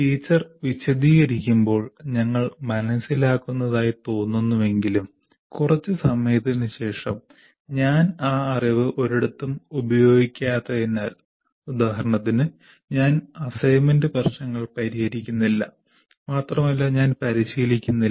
teacher വിശദീകരിക്കുമ്പോൾ ഞങ്ങൾ മനസ്സിലാക്കുന്നതായി തോന്നുന്നുവെങ്കിലും കുറച്ച് സമയത്തിനുശേഷം ഞാൻ ആ അറിവ് ഒരിടത്തും ഉപയോഗിക്കാത്തതിനാൽ ഉദാഹരണത്തിന് ഞാൻ അസൈൻമെൻറ് പ്രശ്നങ്ങൾ പരിഹരിക്കുന്നില്ല മാത്രമല്ല ഞാൻ പരിശീലിക്കുന്നില്ല